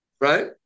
Right